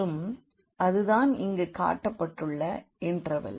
மற்றும் அது தான் இங்கு காட்டப்பட்டுள்ள இண்டர்வெல்